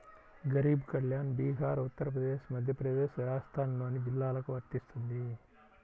గరీబ్ కళ్యాణ్ బీహార్, ఉత్తరప్రదేశ్, మధ్యప్రదేశ్, రాజస్థాన్లోని జిల్లాలకు వర్తిస్తుంది